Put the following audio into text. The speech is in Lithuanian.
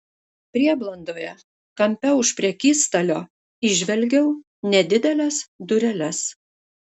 prieblandoje kampe už prekystalio įžvelgiau nedideles dureles